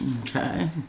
Okay